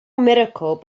miracle